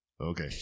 Okay